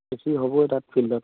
হ'বয়ে তাত ফিল্ডত